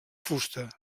fusta